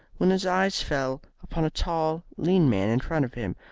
when his eyes fell upon a tall, lean man in front of him,